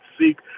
seek